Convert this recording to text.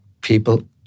people